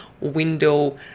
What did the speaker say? window